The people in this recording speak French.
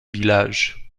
village